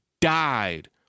died